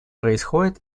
происходят